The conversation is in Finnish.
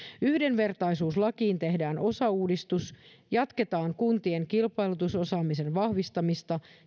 yhdenvertaisuuslakiin tehdään osauudistus jatketaan kuntien kilpailutusosaamisen vahvistamista